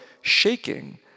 shaking